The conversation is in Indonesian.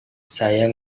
saya